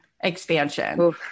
expansion